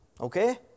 okay